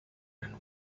and